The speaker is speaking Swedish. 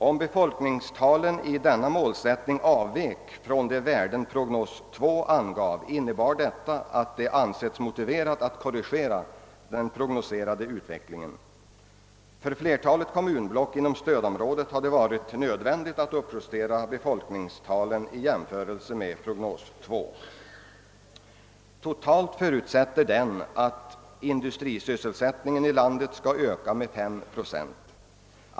Om befolkningstalen i denna målsättning avvek från de värden som prognos 2 angav innebar detta att det ansetts motiverat att korrigera den prognoserade utvecklingen. För flertalet kommunblock inom stödområdet har det varit nödvändigt att uppjustera befolkningstalen i förhållande till prognos 2. Totalt förutsätter denna att industrisysselsättningen i landet skall öka med 5 procent.